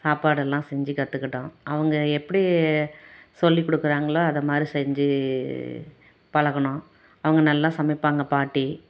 சாப்பாடு எல்லாம் செஞ்சு கற்றுக்கிட்டோம் அவங்க எப்படி சொல்லி கொடுக்குறாங்களோ அதைமாரி செஞ்சு பழகுனோம் அவங்க நல்லா சமைப்பாங்க பாட்டி